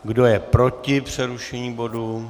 Kdo je proti přerušení bodu?